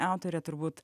autorė turbūt